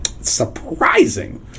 Surprising